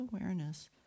awareness